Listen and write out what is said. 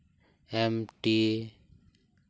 M T